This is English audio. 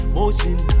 Motion